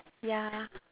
ya